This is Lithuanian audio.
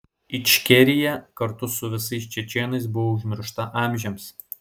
ičkerija kartu su visais čečėnais buvo užmiršta amžiams